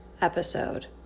episode